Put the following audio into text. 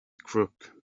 crook